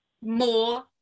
more